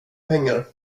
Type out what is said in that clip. pengar